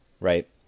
right